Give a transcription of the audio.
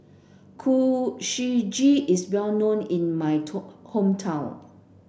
Kuih Suji is well known in my hometown